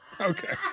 Okay